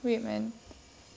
weird man